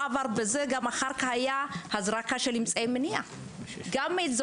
אחר כך הייתה הזרקה של אמצעי מניעה שהושתקה.